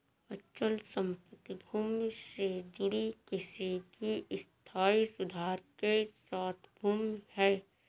अचल संपत्ति भूमि से जुड़ी किसी भी स्थायी सुधार के साथ भूमि है